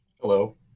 Hello